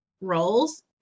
roles